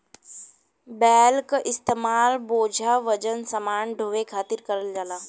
बैल क इस्तेमाल बोझा वजन समान ढोये खातिर करल जाला